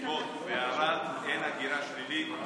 נתיבות וערד אין הגירה שלילית.